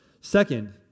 Second